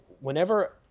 whenever